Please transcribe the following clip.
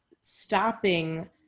stopping